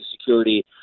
security